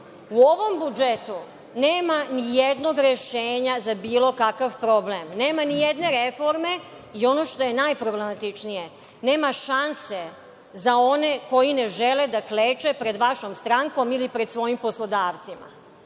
ovom budžetu nema nijednog rešenja za bilo kakav problem, nema nijedne reforme i, ono što je najproblematičnije, nema šanse za one koji ne žele da kleče pred vašom strankom ili pred svojim poslodavcima.